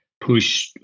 push